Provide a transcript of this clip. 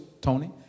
Tony